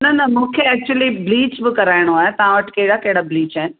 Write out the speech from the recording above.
न न मूंखे एक्चुअली ब्लीच बि कराइणो आहे तव्हां वटि कहिड़ा कहिड़ा ब्लीच आहिनि